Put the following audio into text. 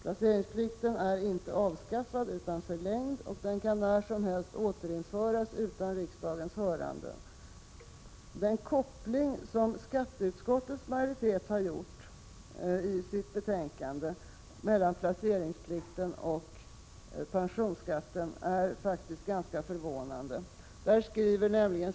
Placeringsplikten är inte avskaffad utan förlängd, och den kan när som helst återinföras utan riksdagens hörande. Den koppling mellan placeringsplikten och pensionsskatten som skatteutskottets majoritet har gjort i sitt betänkande är faktiskt ganska förvånande.